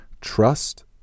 trust